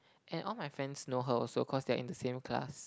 and all my friends know her also cause they are in the same class